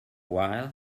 while